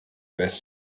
west